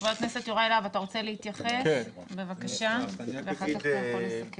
חבר הכנסת יוראי להב, בבקשה, ואחר כך אנחנו נסכם.